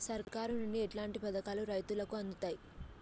సర్కారు నుండి ఎట్లాంటి పథకాలు రైతులకి అందుతయ్?